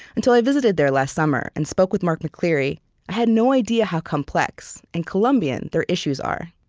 until i visited there last summer and spoke with mark mccleary, i had no idea how complex and colombian their issues are